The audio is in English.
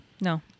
No